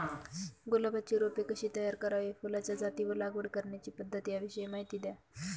गुलाबाची रोपे कशी तयार करावी? फुलाच्या जाती व लागवड करण्याची पद्धत याविषयी माहिती द्या